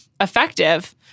effective